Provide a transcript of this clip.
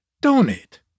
donate